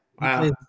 wow